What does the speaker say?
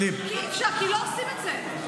--- אי-אפשר, כי לא עושים את זה.